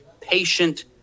patient